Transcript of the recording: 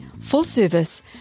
full-service